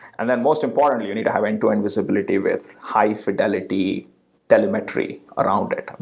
and then most importantly, you need to have end to end visibility with high-fidelity telemetry around it.